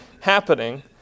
happening